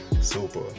super